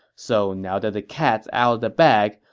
so now that the cat's out of the bag,